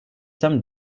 some